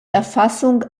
erfassung